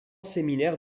séminaire